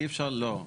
לא,